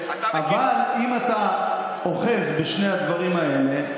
אבל אם אתה אוחז בשני הדברים האלה,